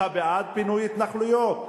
אתה בעד פינוי התנחלויות?